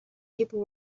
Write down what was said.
people